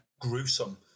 gruesome